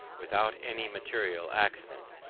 without any material accident,